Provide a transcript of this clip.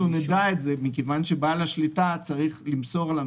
אנחנו נדע את זה מכיוון שבעל השליטה צריך למסור לנו